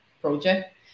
project